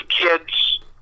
kids